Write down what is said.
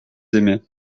aimaient